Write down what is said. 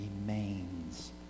remains